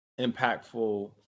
impactful